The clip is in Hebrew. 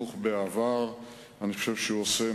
וסגן שר.